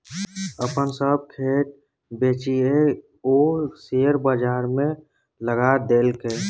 अपन सभ खेत बेचिकए ओ शेयर बजारमे लगा देलकै